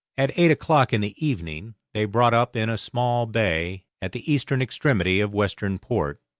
at eight o'clock in the evening they brought up in a small bay at the eastern extremity of western port,